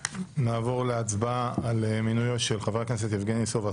נעבור להצבעה על מינויו של חבר הכנסת יבגני סובה,